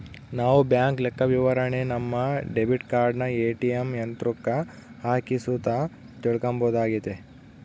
ನಾವು ಬ್ಯಾಂಕ್ ಲೆಕ್ಕವಿವರಣೆನ ನಮ್ಮ ಡೆಬಿಟ್ ಕಾರ್ಡನ ಏ.ಟಿ.ಎಮ್ ಯಂತ್ರುಕ್ಕ ಹಾಕಿ ಸುತ ತಿಳ್ಕಂಬೋದಾಗೆತೆ